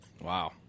Wow